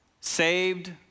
saved